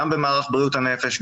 גם במערך בריאות הנפש,